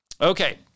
Okay